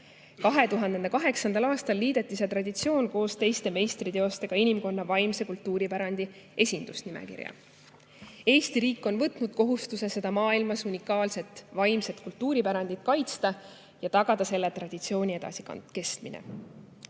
2008. aastal liideti see traditsioon koos teiste meistriteostega inimkonna vaimse kultuuripärandi esindusnimekirja. Eesti riik on võtnud kohustuse seda maailmas unikaalset vaimset kultuuripärandit kaitsta ja tagada selle traditsiooni edasikestmine.